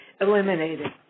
eliminated